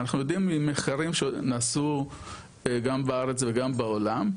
אנחנו יודעים ממחקרים שנעשו גם בארץ וגם בעולם,